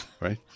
Right